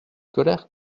colère